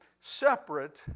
separate